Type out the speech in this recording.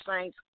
saints